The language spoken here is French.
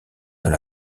dans